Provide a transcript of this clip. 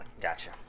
Gotcha